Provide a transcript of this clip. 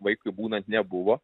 vaikui būnant nebuvo